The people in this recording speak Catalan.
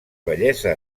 bellesa